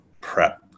prep